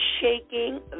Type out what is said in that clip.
shaking